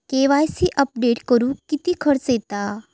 KYC update करुक किती खर्च येता?